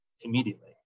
immediately